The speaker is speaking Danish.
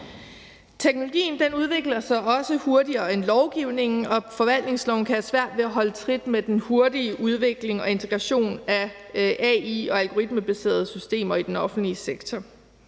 Teknologien udvikler sig også hurtigere end lovgivningen, og forvaltningsloven kan have svært ved at holde trit med den hurtige udvikling og integration af AI og algoritmebaserede systemer i den offentlige sektor.